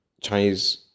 Chinese